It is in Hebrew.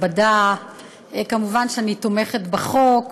נכבדה, מובן שאני תומכת בחוק.